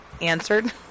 answered